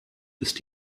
ist